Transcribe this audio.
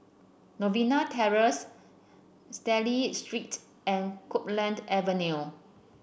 Novena Terrace Stanley Street and Copeland Avenue